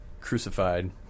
crucified